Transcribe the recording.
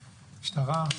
משטרה?